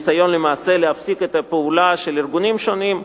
וניסיון להפסיק את הפעולה של ארגונים שונים.